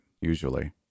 usually